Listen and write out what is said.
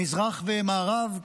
מזרח ומערב,